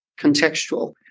contextual